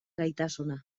gaitasuna